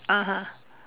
(uh huh)